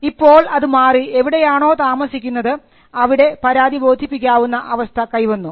ഇപ്പോൾ അത് മാറി എവിടെയാണോ താമസിക്കുന്നത് അവിടെ പരാതി ബോധിപ്പിക്കാവുന്ന അവസ്ഥ കൈവന്നു